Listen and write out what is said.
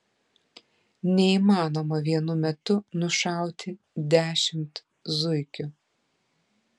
neįmanoma vienu metu nušauti dešimt zuikių